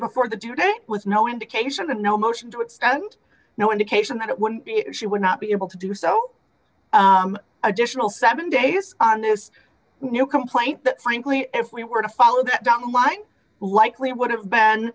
before the today was no indication of no motion to extend no indication that it would be she would not be able to do so additional seven days on this new complaint that frankly if we were to follow that don't mind likely would have been